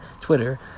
twitter